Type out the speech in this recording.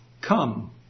Come